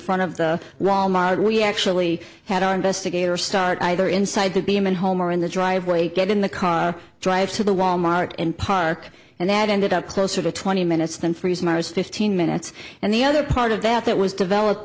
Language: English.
front of the role model we actually had our investigators start either inside to be a man home or in the driveway get in the car drive to the wal mart and park and that ended up closer to twenty minutes than freeze mars fifteen minutes and the other part of that that was developed